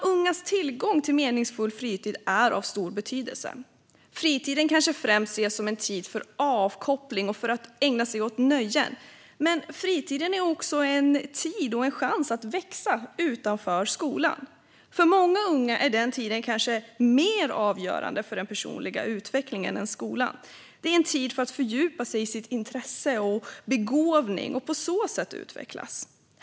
Ungas tillgång till meningsfull fritid är av stor betydelse. Fritiden kanske främst ses som en tid för avkoppling och en tid då man kan ägna sig åt nöjen, men fritiden är också en tid då man har en chans att växa utanför skolan. För många unga är den tiden kanske mer avgörande för den personliga utvecklingen än skolan. Det är en tid då man kan fördjupa sig i sitt intresse och sin begåvning och på så sätt utvecklas.